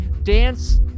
Dance